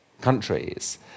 countries